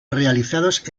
realizados